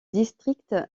district